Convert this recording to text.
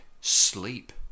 Sleep